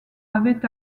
avait